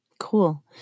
Cool